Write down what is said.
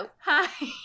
hi